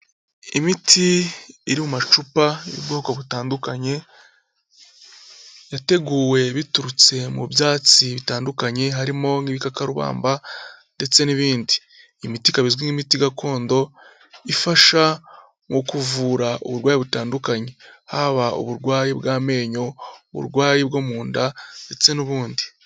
Imiti iri mu macupa y'ubwoko butandukanye yateguwe biturutse mu byatsi bitandukanye, harimo nk'ibikakarubamba ndetse n'ibindi, iyi miti ikaba izwi nk'imiti gakondo ifasha mu kuvura uburwayi butandukanye, haba uburwayi bw'amenyo, uburwayi bwo mu nda ndetse n'ubundi.